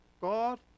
God